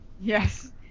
Yes